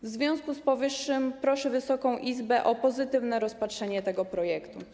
W związku z powyższym proszę Wysoką Izbę o pozytywne rozpatrzenie tego projektu.